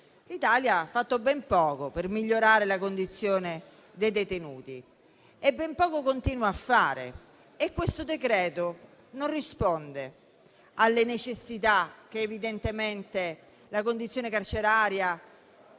l'Italia ha fatto ben poco per migliorare la condizione dei detenuti e ben poco continua a fare. Questo decreto-legge, infatti, non risponde alle necessità che evidentemente la condizione carceraria